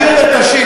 הוא נטש את הציבור.